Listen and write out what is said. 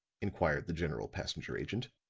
inquired the general passenger agent.